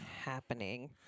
happening